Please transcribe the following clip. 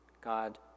God